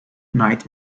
night